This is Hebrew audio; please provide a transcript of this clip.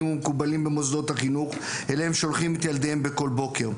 ומקובלים במוסדות החינוך אליהם הם שולחים את ילדיהם בכל בוקר.